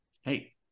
Hey